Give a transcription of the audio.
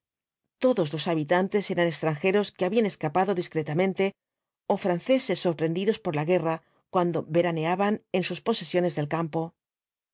todos los habitantes eran extranjeros que habían escapado discretamente ó franceses sorprendidos por la guerra cuando veraneaban en sus posesiones del campo